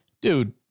Dude